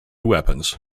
weapons